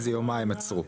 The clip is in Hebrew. אחרי איזה יומיים עצרו.